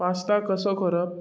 pasta कसो करप